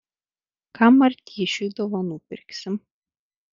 ką martyšiui dovanų pirksim